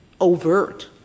overt